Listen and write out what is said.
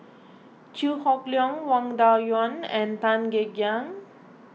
Chew Hock Leong Wang Dayuan and Tan Kek Hiang